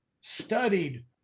studied